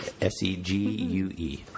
S-E-G-U-E